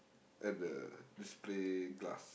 at the display glass